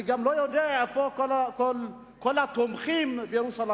אני גם לא יודע איפה כל התומכים בירושלים.